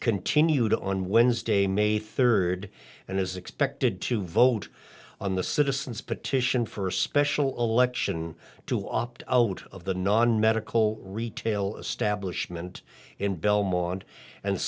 continued on wednesday may third and is expected to vote on the citizens petition for a special election to opt out of the non medical retail establishment in belmont and